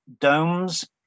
Domes